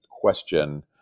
question